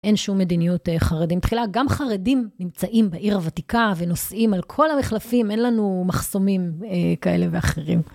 אין שום מדיניות חרדים. מתחילה גם חרדים נמצאים בעיר הוותיקה ונוסעים על כל המחלפים, אין לנו מחסומים כאלה ואחרים.